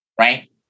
right